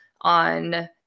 on